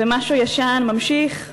זה משהו ישן ממשיך,